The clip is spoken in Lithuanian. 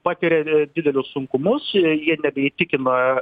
patiria didelius sunkumus jie nebeįtikina